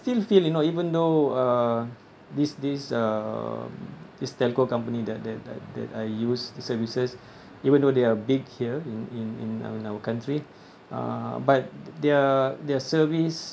still feel you know even though uh this this uh this telco company that that that that I use the services even though they are big here in in in our country but their their service